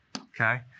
okay